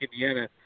Indiana